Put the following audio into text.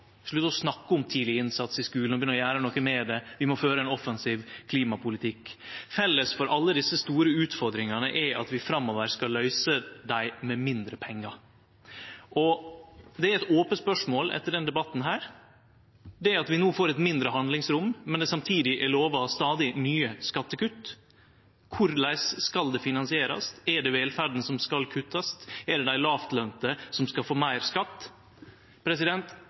slutte å snakke om tidleg innsats i skulen og begynne å gjere noko med det, og vi må føre ein offensiv klimapolitikk. Felles for alle desse store utfordringane er at vi framover skal løyse dei med mindre pengar. Det er eit ope spørsmål etter denne debatten her at vi no får eit mindre handlingsrom, men at det samtidig er lova stadig nye skattekutt: Korleis skal det finansierast? Er det velferda som skal kuttast? Er det dei lågtlønte som skal få meir skatt?